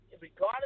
regardless